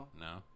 No